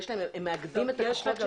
הם מאגדים את הכוחות.